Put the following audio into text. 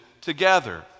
together